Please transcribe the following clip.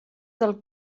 del